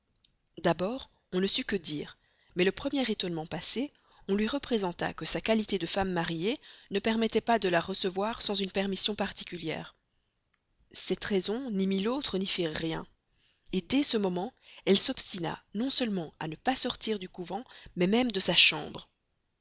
d'abord on ne sut que dire mais le premier étonnement passé on lui représenta que sa qualité de femme mariée ne permettait pas de la recevoir sans une permission particulière cette raison ni mille autres n'y firent rien de ce moment elle s'obstina non seulement à ne pas sortir du couvent mais même de sa chambre